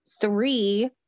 three